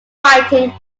fighting